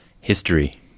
History